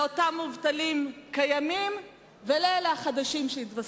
לאותם מובטלים קיימים ולאלה החדשים שיתווספו.